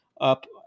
up